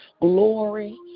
Glory